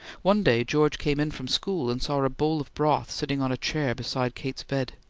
one day george came in from school and saw a bowl of broth sitting on a chair beside kate's bed.